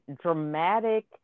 dramatic